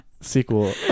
sequel